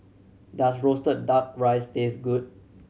does roasted Duck Rice taste good